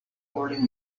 poorly